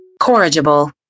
Corrigible